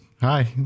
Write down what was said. Hi